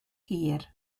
hir